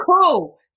Cool